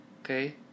okay